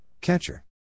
Catcher